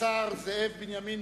השר זאב בנימין